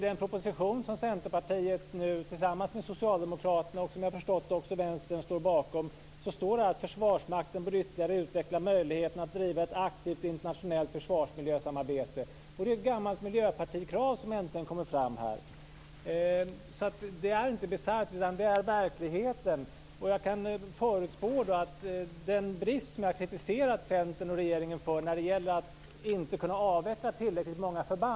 I den proposition som Centerpartiet tillsammans med Socialdemokraterna och, som jag har förstått, också Vänstern står bakom står det att Försvarsmakten ytterligare bör utveckla möjligheten att driva ett aktivt internationellt försvarsmiljösamarbete. Det är ju ett gammalt miljöpartikrav som äntligen kommer fram. Det är inte bisarrt, utan det är verkligheten. Jag har kritiserat Centern och regeringen för att de inte förmår avveckla tillräckligt många förband.